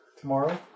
tomorrow